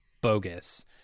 bogus